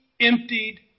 emptied